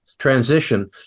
transition